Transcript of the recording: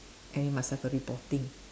and you must have a reporting